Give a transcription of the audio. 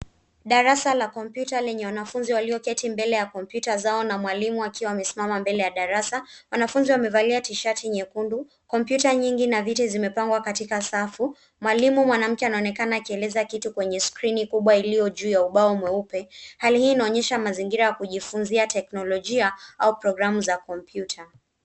Darasa la kompyuta lenye wanafunzi walioketi mbele ya kompyuta zao na mwalimu akiwa amesimama mbele ya darasa. Wanafunzi wamevalia tishati nyekundu, kompyuta nyingi na viti zimepangwa katika kila safu, mwalimu mwanamke anaonekana akieleza kitu kwenye skrini kubwa iliyojuu ya ubao mweupe. Hali hii inaonyesha mazingira ya kujifunzia teknolojia au programu za kompyuta.